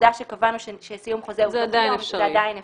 שהעובדה שקבענו שסיום חוזה הוא תוך יום זה עדיין אפשרי.